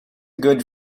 good